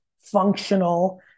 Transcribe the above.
functional